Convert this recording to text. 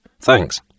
Thanks